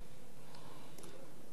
נתקבלה.